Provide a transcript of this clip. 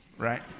Right